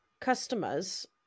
customers